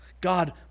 God